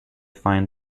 find